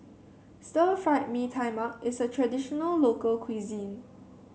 Stir Fried Mee Tai Mak is a traditional local cuisine